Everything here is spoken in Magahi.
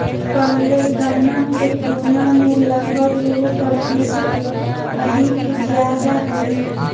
पहले गणना के तुलना में लगभग एगो प्रतिशत अधिक ज्यादा हइ